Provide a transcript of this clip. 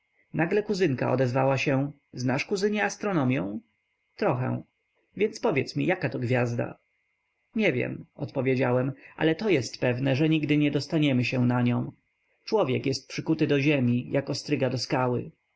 nagle kuzynka odzywa się znasz kuzynie astronomią trochę więc powiedz mi jakato gwiazda nie wiem odpowiedziałem ale to jest pewne że nigdy nie dostaniemy się na nią człowiek jest przykuty do ziemi jak ostryga do skały